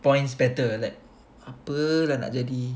points better like apalah nak jadi